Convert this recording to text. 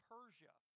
Persia